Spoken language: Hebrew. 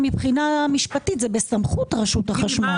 גם מבחינה משפטית זה בסמכות רשות החשמל.